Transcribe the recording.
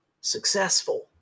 successful